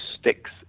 sticks